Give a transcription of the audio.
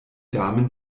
damen